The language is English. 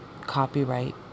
copyright